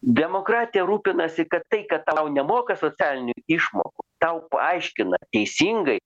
demokratija rūpinasi kad tai kad tau nemoka socialinių išmokų tau paaiškina teisingai